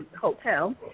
hotel